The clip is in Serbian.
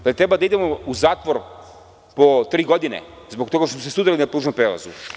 Da li treba da idemo u zatvor po tri godine zbog toga što smo se sudili na pružnom prelazu.